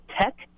Tech